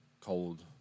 cold